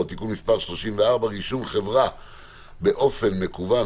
(תיקון מס' 34) (רישום חברה באופן מקוון),